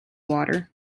water